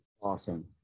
Awesome